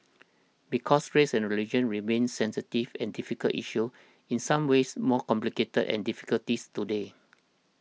because race and religion remain sensitive and difficult issues in some ways more complicated and difficulties today